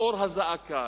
לאור הזעקה,